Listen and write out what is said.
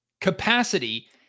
Capacity